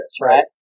right